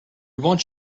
want